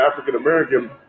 African-American